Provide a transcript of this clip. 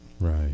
Right